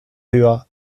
höher